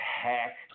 hack